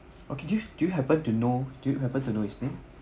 okay do you do you happen to know do you happen to know his name